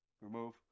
Remove